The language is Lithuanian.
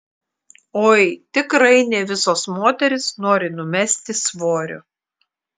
oi tikrai ne visos moterys nori numesti svorio